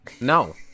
No